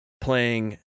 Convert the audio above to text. playing